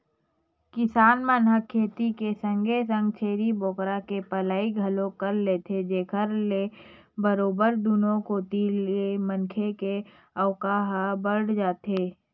किसान मन ह खेती के संगे संग छेरी बोकरा के पलई घलोक कर लेथे जेखर ले बरोबर दुनो कोती ले मनखे के आवक ह बड़ जाथे